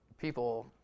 People